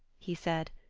he said,